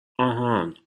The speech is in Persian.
آهان